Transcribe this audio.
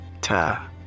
Ta